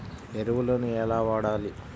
ఎరువులను ఎలా వాడాలి?